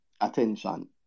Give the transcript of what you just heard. attention